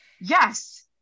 yes